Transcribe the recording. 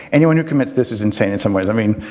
anyone who commits this is insane in some ways. i mean.